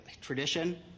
tradition